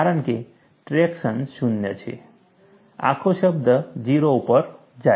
કારણ કે ટ્રેક્શન શૂન્ય છે આખો શબ્દ 0 ઉપર જાય છે